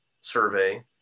survey